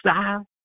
style